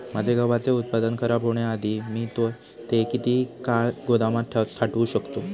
माझे गव्हाचे उत्पादन खराब होण्याआधी मी ते किती काळ गोदामात साठवू शकतो?